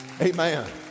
Amen